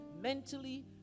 mentally